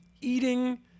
eating